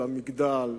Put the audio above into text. למגדל,